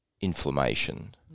inflammation